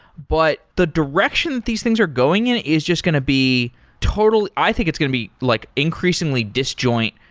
but the direction that these things are going in is just going to be total i think it's going to be like increasingly disjoint.